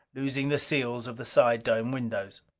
loosening the seals of the side dome windows.